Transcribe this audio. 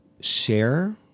share